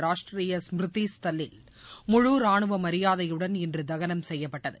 ராஷ்ட்ரிய ஸ்மிருதி ஸ்தல்லில் முழு ராணுவ மரியாதையுடன் இன்று தகனம் செய்யப்பட்டது